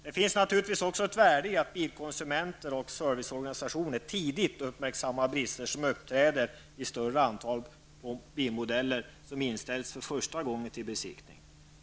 Det finns naturligtvis också ett värde i att bilkonsumenter och serviceorganisationer tidigt uppmärksammas på brister som uppträder i större antal på bilmodeller som inställs för första gången till besiktning.